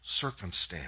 circumstance